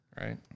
Right